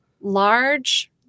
large